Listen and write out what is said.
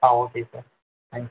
ah okay sir thanks sir